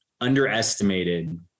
underestimated